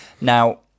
now